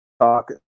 talk